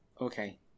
okay